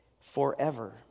forever